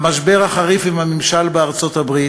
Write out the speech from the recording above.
המשבר החריף עם הממשל בארצות-הברית,